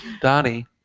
Donnie